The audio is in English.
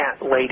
Lady